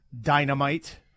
Dynamite